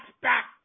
back